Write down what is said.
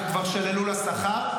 וכבר שללו לה שכר.